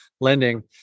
lending